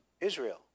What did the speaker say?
Israel